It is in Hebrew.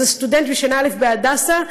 שהוא סטודנט שנה א' מהדסה,